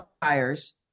buyers